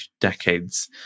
decades